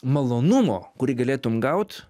malonumo kurį galėtum gaut